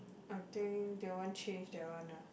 I think they won't change that one lah